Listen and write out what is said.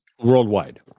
Worldwide